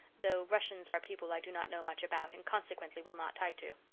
though russians are people i do not know much about and consequently will not tie to.